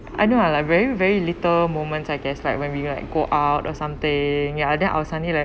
I know I like very very little moments I guess like when we like go out or something ya ah then I'll suddenly like